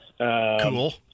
cool